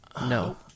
No